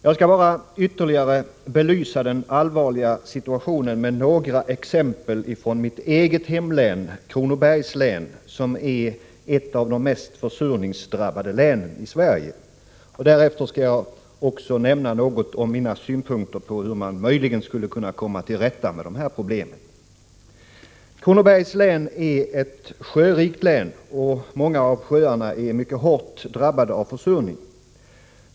Jag skall bara ytterligare belysa den allvarliga situationen med några exempel från mitt eget hemlän, Kronobergs län, som är ett av de mest försurningsdrabbade länen i Sverige. Därefter skall jag också nämna något om mina synpunkter på hur man möjligen skulle kunna komma till rätta med problemen. Kronobergs län är ett sjörikt län, och många av sjöarna är mycket hårt drabbade av försurning.